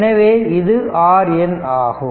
எனவே இது RN ஆகும்